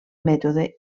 mètode